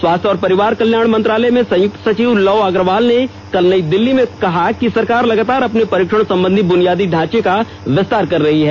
स्वास्थ्य और परिवार कल्याण मंत्रालय में संयुक्त सचिव लव अग्रवाल ने कल नई दिल्ली में कहा कि सरकार लगातार अपने परिक्षण संबंधी बुनियादी ढांचे का विस्तार कर रही है